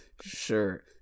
sure